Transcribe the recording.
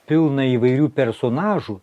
pilną įvairių personažų